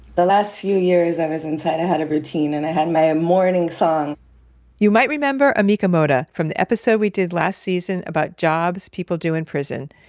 the last few years i was inside, i had a routine and i had my morning song you might remember amika moda from the episode we did last season about jobs people do in prison.